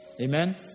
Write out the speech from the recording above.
Amen